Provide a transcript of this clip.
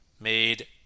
made